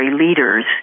leaders